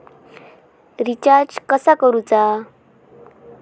Recharge कसा करूचा?